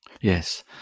Yes